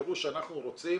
ותזכרו שאנחנו רוצים